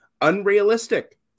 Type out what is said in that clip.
unrealistic